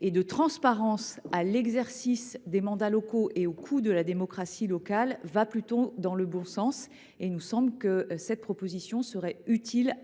et de transparence à l’exercice des mandats locaux et au coût de la démocratie locale va plutôt dans le bon sens. À cet égard, il nous semble que cet amendement serait utile